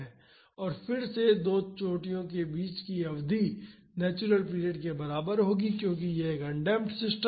और फिर से 2 चोटियों के बीच की अवधि नेचुरल पीरियड के बराबर होगी क्योंकि यह एक अनडेम्प्ड सिस्टम है